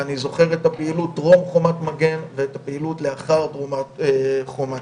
ואני זוכר את הפעילות טרום חומת מגן ואת הפעילות לאחר חומת מגן.